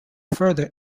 further